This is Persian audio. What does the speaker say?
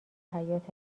حیاط